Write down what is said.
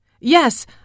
Yes